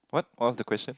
what was the question